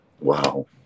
Wow